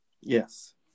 Yes